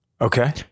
Okay